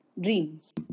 dreams